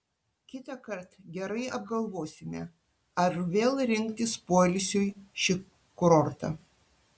kitąkart gerai apgalvosime ar vėl rinktis poilsiui šį kurortą